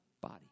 body